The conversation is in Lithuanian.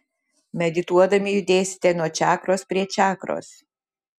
medituodami judėsite nuo čakros prie čakros